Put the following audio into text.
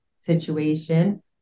situation